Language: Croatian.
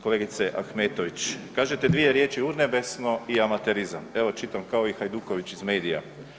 Kolegice Ahmetović kažete dvije riječi urnebesno i amaterizam evo čitam kao i Hajduković iz medija.